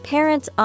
Parents